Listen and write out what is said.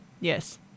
Yes